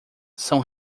são